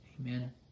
Amen